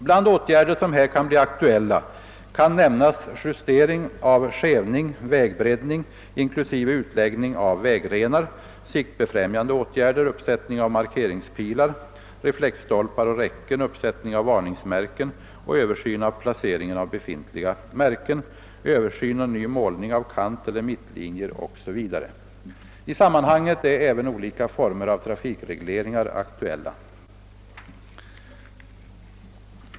Bland åtgärder som här kan bli aktuella kan nämnas justering av skevning, vägbreddning inklusive utläggning av vägrenar, siktbefrämjande åtgärder, uppsättning av markeringspilar, reflexstolpar och räcken, uppsättning av varningsmärken och översyn av placeringen av befintliga märken, översyn och ny målning av kanteller mittlinjer o.s.v. I sammanhanget är även olika former av trafikregleringar aktuella.